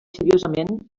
seriosament